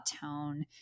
tone